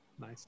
nice